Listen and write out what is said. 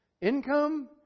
income